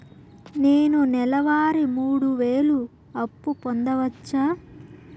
నేను నెల వారి మూడు వేలు అప్పు పొందవచ్చా?